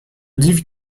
livre